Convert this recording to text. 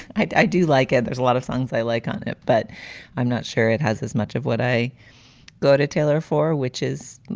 i i do like it. there's a lot of songs i like on it, but i'm not sure it has as much of what i go to taylor for, which is,